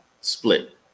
split